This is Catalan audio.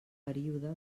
període